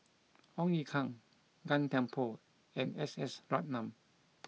Ong Ye Kung Gan Thiam Poh and S S Ratnam